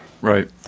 Right